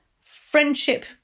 friendship